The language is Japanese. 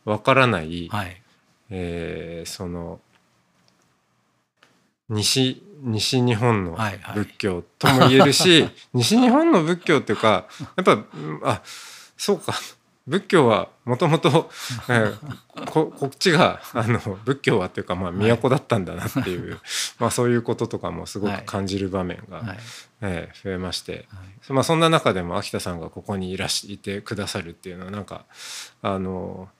わからない、はい。えー、その、西- 西日本の仏教とも言えるし、はいはい。 西日本の仏教っていうか、やっぱ、うん、あ、そうか。仏教は元々、えー、こ- こっちが、あの、仏教はっていうか、まあ、都だったんだなっていう。はい。まあ、そういうこととかもすごく感じる場面が、はい。はい。えー、増えまして。はい。まあ、そんな中でも秋田さんがここにいらし- いてくださるっていうのは、なんか、あの、